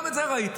גם את זה ראיתי.